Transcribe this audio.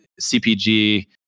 CPG